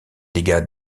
dégâts